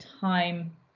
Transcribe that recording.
time